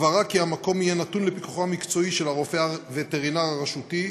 הבהרה שהמקום יהיה נתון לפיקוחו מקצועי של הרופא הווטרינר הרשותי,